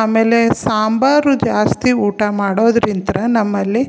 ಆಮೇಲೆ ಸಾಂಬಾರು ಜಾಸ್ತಿ ಊಟ ಮಾಡೋದ್ರಿಂತ ನಮ್ಮಲ್ಲಿ